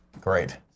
Great